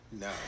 No